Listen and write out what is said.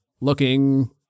looking